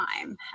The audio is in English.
time